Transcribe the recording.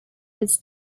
his